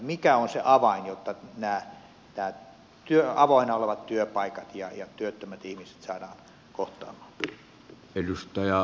mikä on se avain jolla nämä avoinna olevat työpaikat ja työttömät ihmiset saadaan kohtaamaan